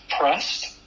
pressed